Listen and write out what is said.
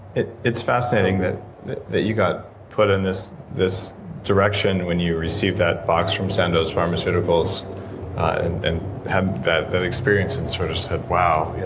it's fascinating that that you got put in this this direction when you received that box from sandoz pharmaceuticals and had that that experience, and sort of said, wow,